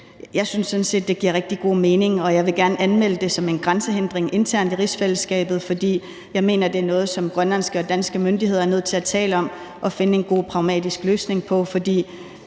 Jeg synes sådan set, det giver rigtig god mening, og jeg vil gerne anmelde det som en grænsehindring internt i rigsfællesskabet, for jeg mener, at det er noget, som grønlandske og danske myndigheder er nødt til at tale om og finde en god pragmatisk løsning på. For